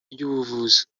ry’ubuvuzi